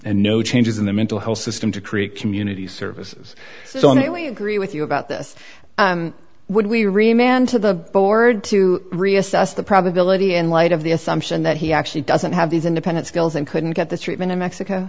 and no changes in the mental health system to create community services so in a way you agree with you about this when we re eman to the board to reassess the probability in light of the assumption that he actually doesn't have these independent skills and couldn't get the treatment in mexico